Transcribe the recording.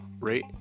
rate